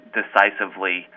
decisively